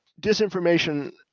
disinformation